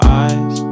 eyes